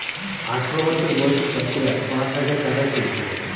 আঠারো বছর বয়সী চাষীরা পাঁচ হাজার টাকার ক্রেডিট পাবে